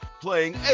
playing